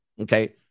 Okay